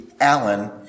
Allen